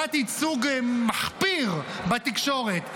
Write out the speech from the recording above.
תת-ייצוג מחפיר בתקשורת.